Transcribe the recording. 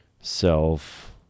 self